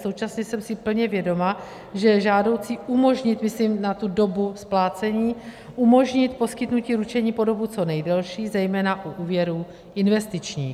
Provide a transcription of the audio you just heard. Současně jsem si plně vědoma, že je žádoucí umožnit, myslím na tu dobu splácení, umožnit poskytnutí ručení po dobu co nejdelší zejména u úvěrů investičních.